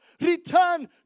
Return